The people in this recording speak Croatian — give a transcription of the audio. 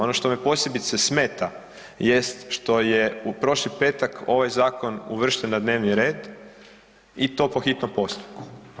Ono što me posebice smeta jest što je u prošli petak ovaj zakon uvršten na dnevni red i to po hitnom postupku.